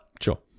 sure